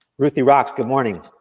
ruthie rocks good morning.